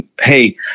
hey